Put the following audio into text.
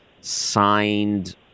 signed